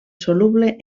soluble